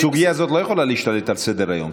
הסוגיה הזאת לא יכולה להשתלט על סדר-היום.